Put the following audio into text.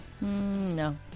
No